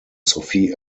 sophie